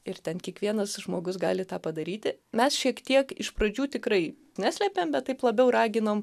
ir ten kiekvienas žmogus gali tą padaryti mes šiek tiek iš pradžių tikrai neslėpėm bet taip labiau raginom